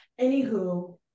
Anywho